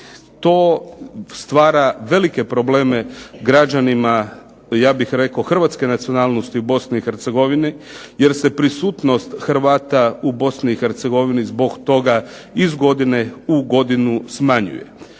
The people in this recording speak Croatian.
to stvara velike probleme građanima ja bih rekao hrvatske nacionalnosti u Bosni i Hercegovini, jer se prisutnost Hrvata u Bosni i Hercegovini zbog toga iz godine u godinu smanjuje.